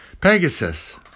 Pegasus